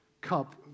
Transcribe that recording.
cup